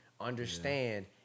understand